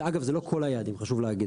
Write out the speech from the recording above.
אגב, זה לא כל היעדים, חשוב להגיד.